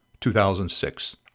2006